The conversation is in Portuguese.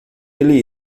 ele